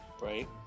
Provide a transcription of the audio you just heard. right